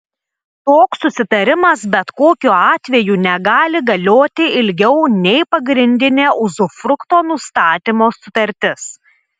toks susitarimas bet kokiu atveju negali galioti ilgiau nei pagrindinė uzufrukto nustatymo sutartis